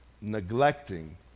neglecting